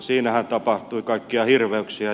siinähän tapahtui kaikkia hirveyksiä